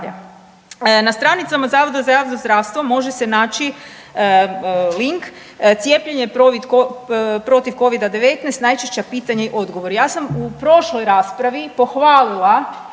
Na stranicama Zavoda za javno zdravstvo može se naći link, cijepljenje protiv Covida-19, najčešća pitanja i odgovori.